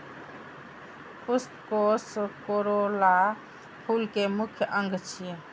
पुष्पकोष कोरोला फूल के मुख्य अंग छियै